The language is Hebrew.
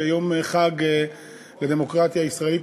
ויום חג לדמוקרטיה הישראלית,